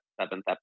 seventh